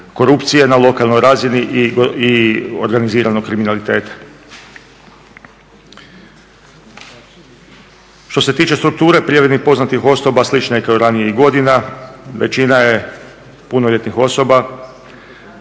korupcije na lokalnoj razini i organiziranog kriminaliteta. Što se tiče strukture prijavljenih poznatih osoba slična je kao i ranijih godina, većina je punoljetnih osoba